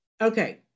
okay